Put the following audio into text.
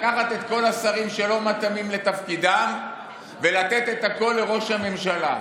לקחת את כל השרים שלא מתאימים לתפקידם ולתת את הכול לראש הממשלה.